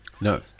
No